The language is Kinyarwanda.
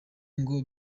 ngo